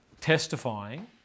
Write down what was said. testifying